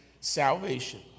salvation